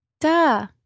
Duh